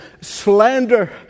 slander